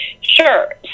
Sure